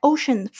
Ocean